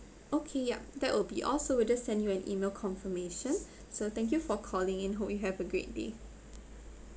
okay yup that will be all so we just send you an email confirmation so thank you for calling in hope you have a great day